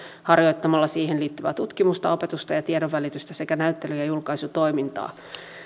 harjoittamalla siihen liittyvää tutkimusta opetusta ja tiedonvälitystä sekä näyttely ja julkaisutoimintaa